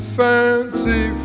fancy